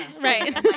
Right